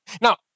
Now